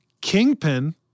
Kingpin